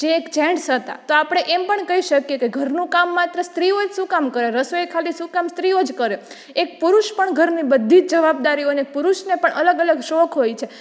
જે એક જેન્ટસ હતા તો આપણે એમ પણ કહી શકીએ કે ઘરનું કામ માત્ર સ્ત્રીઓ જ શું કામ કરે રસોઈ ખાલી શું કામ સ્ત્રીઓ જ કરે એક પુરુષ પણ ઘરની બધી જ જવાબદારીઓ અને પુરુષને પણ અલગ અલગ શોખ હોય છે